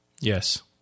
Yes